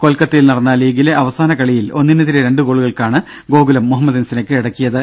കൊൽക്കത്തയിൽ നടന്ന ലീഗിലെ അവസാന കളിയിൽ ഒന്നിനെതിരെ രണ്ട് ഗോളുകൾക്കാണ് ഗോകുലം മുഹമ്മദൻസിനെ കീഴടക്കിയത്